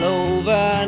over